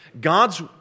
God's